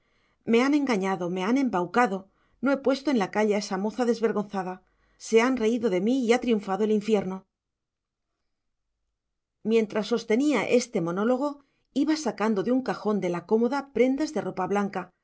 me han engañado me han embaucado no he puesto en la calle a esa moza desvergonzada se han reído de mí y ha triunfado el infierno mientras sostenía este monólogo iba sacando de un cajón de la cómoda prendas de ropa blanca